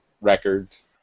records